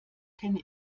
kenne